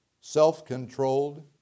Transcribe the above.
self-controlled